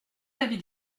l’avis